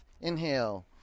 Inhale